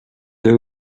the